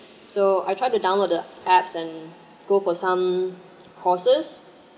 so I try to download the app apps and go for some courses